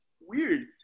weird